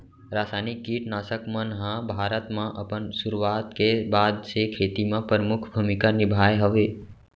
रासायनिक किट नाशक मन हा भारत मा अपन सुरुवात के बाद से खेती मा परमुख भूमिका निभाए हवे